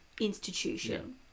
institution